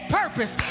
purpose